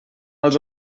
als